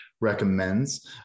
recommends